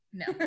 no